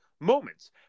moments